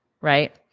right